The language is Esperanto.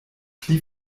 pli